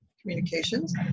communications